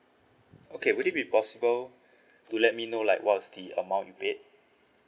okay would it be possible to let me know like what was the amount you paid